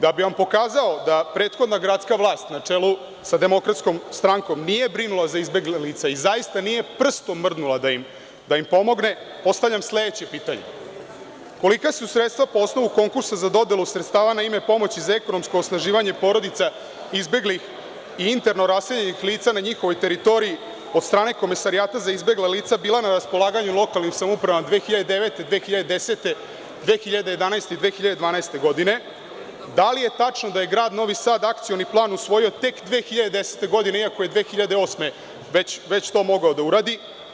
Da bih pokazao da prethodna gradska vlast na čelu sa DS nije brinula za izbegla lica i zaista nije prstom mrdnula da im pomogne, postavljam sledeće pitanje, kolika su sredstva po osnovu konkursa za dodelu sredstava na ime pomoći za ekonomsko osnaživanje porodica izbeglih i interno raseljenih lica na njihovoj teritoriji od strane Komesarijata za izbegla lica, bila na raspolaganju lokalnim samoupravama 2009, 2010, 2011. i 2012. godine, i da li je tačno da je grad Novi Sad Akcioni plan usvojio tek 2010. godine, iako je 2008. to mogao da uradi?